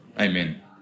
Amen